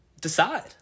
decide